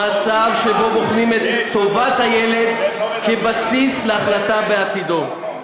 ומצב שבו בוחנים את טובת הילד כבסיס להחלטה בעתידו.